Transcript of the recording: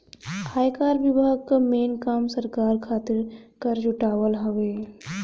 आयकर विभाग कअ मेन काम सरकार खातिर कर जुटावल हवे